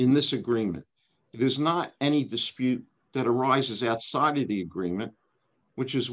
in this agreement is not any dispute that arises outside of the agreement which is